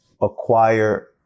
acquire